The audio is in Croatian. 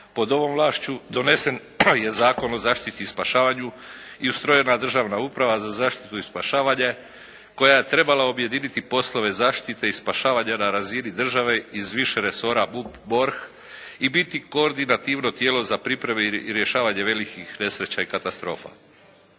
pod ovom vlašću. Donesen je Zakon o zaštiti i spašavanju i ustrojena Državna uprava za zaštitu i spašavanje koja je trebala objediniti poslove zaštite i spašavanja na razini države iz više resora MUP, MORH i biti koordinativno tijelo za pripreme i rješavanje velikih nesreća i katastrofa.